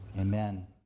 amen